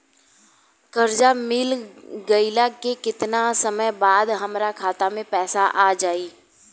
कर्जा मिल गईला के केतना समय बाद हमरा खाता मे पैसा आ जायी?